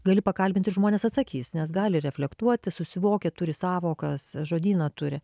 gali pakalbint ir žmonės atsakys nes gali reflektuoti susivokia turi sąvokas žodyną turi